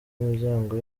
imiryango